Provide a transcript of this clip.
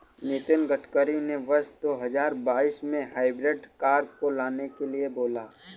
नितिन गडकरी ने वर्ष दो हजार बाईस में हाइब्रिड कार को लाने के लिए बोला